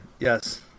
Yes